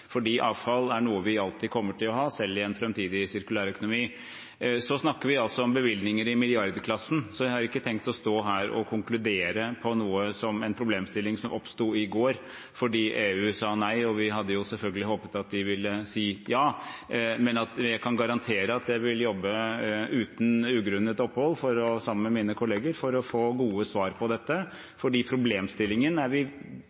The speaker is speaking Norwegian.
Avfall er noe vi alltid kommer til å ha selv i framtidig sirkulær økonomi. Så snakker vi om bevilgninger i milliardklassen. Jeg har ikke tenkt å stå her og konkludere på en problemstilling som oppsto i går fordi EU sa nei, og vi hadde selvfølgelig håpet at de ville si ja. Men jeg kan garantere at jeg vil jobbe uten ugrunnet opphold sammen med mine kolleger for å få gode svar på dette. Problemstillingen er vi